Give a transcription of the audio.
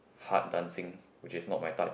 hard dancing which is not my type